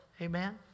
Amen